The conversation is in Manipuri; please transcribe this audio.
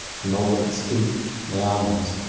ꯑꯅꯧꯕ ꯏꯁꯀꯤꯝ ꯃꯌꯥꯝ ꯑꯃꯁꯨ